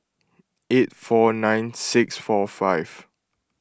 eight four nine six four five